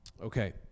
Okay